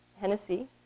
Hennessy